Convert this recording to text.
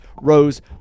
rose